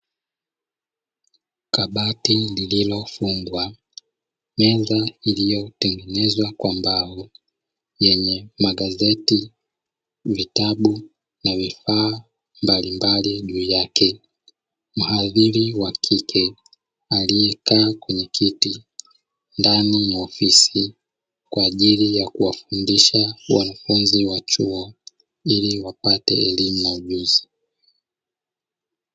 Kabati lililofungwa, meza iliyotengenezwa kwa mbao yenye magazeti, vitabu na vifaa mbalimbali juu yake. Mhadhiri wa kike aliyekaa kwenye kiti ndani ya ofisi kwa ajili ya kuwafundisha wanafunzi wa chuo ili wapate elimu na ujuzi.